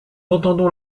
entendons